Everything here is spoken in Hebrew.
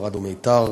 ערד ומיתר,